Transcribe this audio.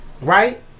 Right